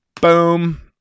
Boom